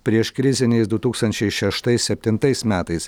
prieškriziniais du tūkstančiai šeštais septintais metais